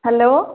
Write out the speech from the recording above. hello